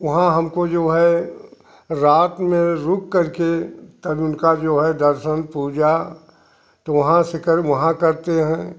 वहाँ हमको जो है रात में रुक करके तब उनका जो है दर्शन पूजा तो वहाँ से कर वहाँ करते हैं